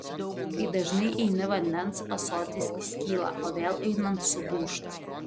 kai dažnai eini vandens ąsotis įskyla o vėl einant sudūžta